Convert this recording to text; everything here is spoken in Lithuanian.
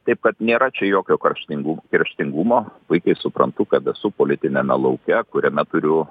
taip kad nėra čia jokio kraštingu kerštingumo puikiai suprantu kad esu politiniame lauke kuriame turiu